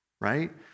right